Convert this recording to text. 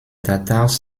tatars